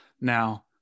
Now